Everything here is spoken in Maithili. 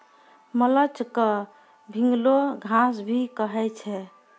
मल्च क भींगलो घास भी कहै छै